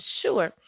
sure